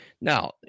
Now